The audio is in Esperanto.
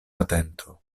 patento